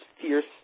fierce